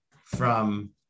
from-